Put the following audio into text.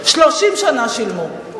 30 שנה שילמו.